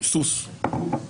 סוס למשל.